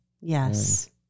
yes